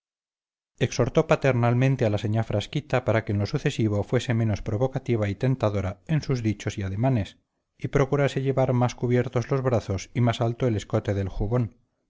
exhortó paternalmente a la señá frasquita para que en lo sucesivo fuese menos provocativa y tentadora en sus dichos y ademanes y procurase llevar más cubiertos los brazos y más alto el escote del jubón